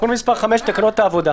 תיקון מס' 5, תקנות העבודה.